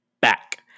back